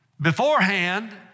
Beforehand